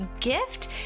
gift